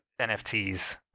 NFTs